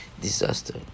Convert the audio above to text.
disaster